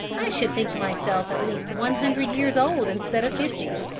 i should think myself at least one hundred years old instead of fifty.